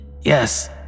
Yes